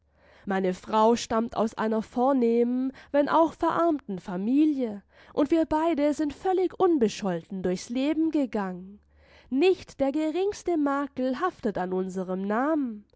meine frau stammt aus einer vornehmen wenn auch verarmten familie und wir beide sind völlig unbescholten durchs leben gegangen nicht der geringste makel haftet an unserem namen